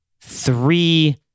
three